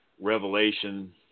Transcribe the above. revelation